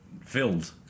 filled